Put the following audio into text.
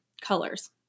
colors